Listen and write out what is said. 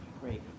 Great